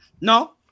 No